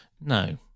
No